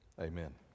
amen